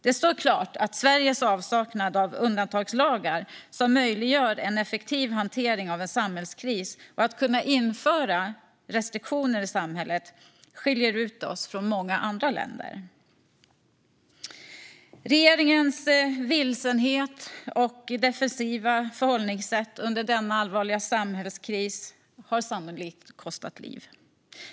Det står klart att Sveriges avsaknad av undantagslagar som möjliggör en effektiv hantering av en samhällskris och ett införande av restriktioner i samhället skiljer ut oss från många andra länder. Regeringens vilsenhet och defensiva förhållningsätt under denna allvarliga samhällskris har sannolikt kostat liv.